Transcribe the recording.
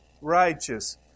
righteous